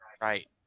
Right